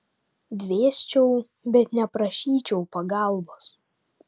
dvėsčiau bet neprašyčiau pagalbos